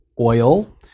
oil